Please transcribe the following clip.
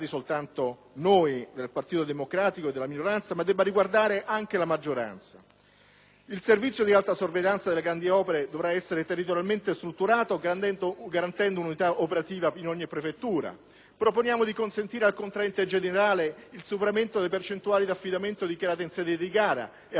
Il servizio di alta sorveglianza delle grandi opere dovrà essere territorialmente strutturato garantendo un'unità operativa in ogni prefettura. Proponiamo di consentire al contraente generale il superamento delle percentuali di affidamento dichiarate in sede di gara e agevolarlo affinché lo stesso, laddove produttivamente possibile, reinternalizzi le lavorazioni precedentemente esternalizzate.